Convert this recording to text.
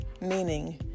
Meaning